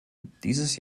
dieses